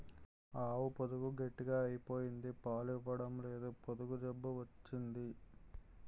ఆవు పొదుగు గట్టిగ అయిపోయింది పాలు ఇవ్వడంలేదు పొదుగు జబ్బు వచ్చింది